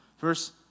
Verse